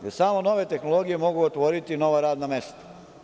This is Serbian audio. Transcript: Jer, samo nove tehnologije mogu otvoriti nova radna mesta.